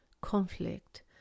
conflict